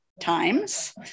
times